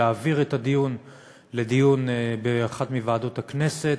להעביר את הנושא לדיון באחת מוועדות הכנסת,